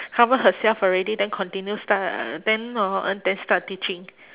cover herself already then continue start uh then hor then start teaching